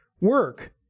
work